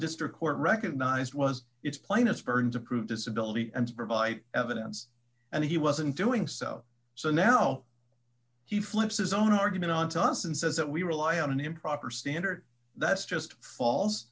district court recognized was its plaintiff burned to prove disability and provide evidence and he wasn't doing so so now he flips his own argument on to us and says that we rely on an improper standard that's just fal